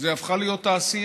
זו הפכה להיות תעשייה.